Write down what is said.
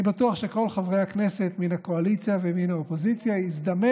אני בטוח שכל חברי הכנסת מן הקואליציה ומן האופוזיציה הזדמן